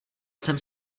jsem